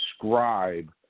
describe